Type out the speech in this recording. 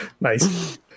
Nice